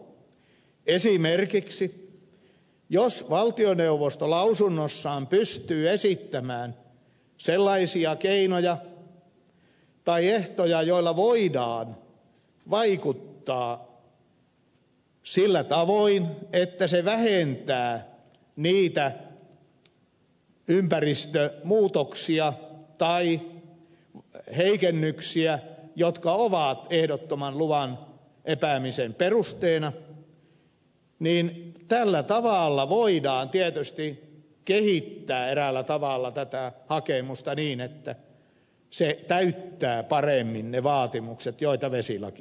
esimerkiksi jos valtioneuvosto lausunnossaan pystyy esittämään sellaisia keinoja tai ehtoja joilla voidaan vaikuttaa sillä tavoin että se vähentää niitä ympäristömuutoksia tai heikennyksiä jotka ovat ehdottoman luvan epäämisen perusteina niin tällä tavalla voidaan tietysti kehittää eräällä tavalla tätä hakemusta niin että se täyttää paremmin ne vaatimukset joita vesilaki sille asettaa